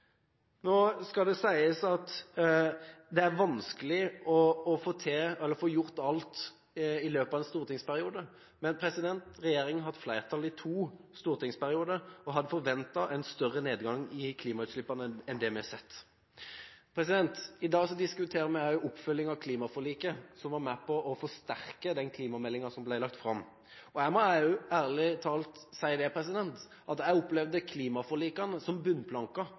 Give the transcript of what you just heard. Nå skal det sies at det er vanskelig å få gjort alt i løpet av en stortingsperiode, men regjeringen har hatt flertall i to stortingsperioder, og jeg hadde forventet en større nedgang i klimautslippene enn det vi har sett. I dag diskuterer vi også oppfølgingen av klimaforliket som var med på å forsterke den klimameldingen som ble lagt fram. Jeg må ærlig talt si at jeg opplevde klimaforlikene som bunnplanker